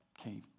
Okay